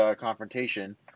confrontation